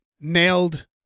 nailed